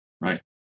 right